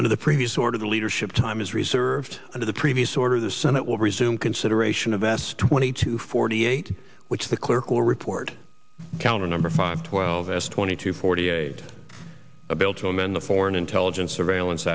under the previous order the leadership time is reserved under the previous order the senate will resume consideration of s twenty two forty eight which the clerk will report calendar number five twelve s twenty two forty eight a bill to amend the foreign intelligence surveillance